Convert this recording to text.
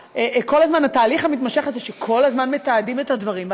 את התהליך המתמשך הזה שכל הזמן מתעדים את הדברים.